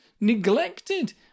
neglected